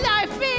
Life